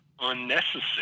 unnecessary